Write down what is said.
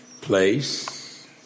place